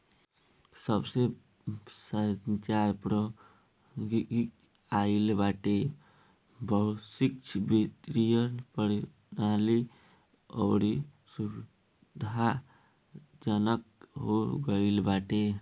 जबसे संचार प्रौद्योगिकी आईल बाटे वैश्विक वित्तीय प्रणाली अउरी सुविधाजनक हो गईल बाटे